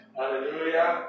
Hallelujah